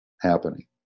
happening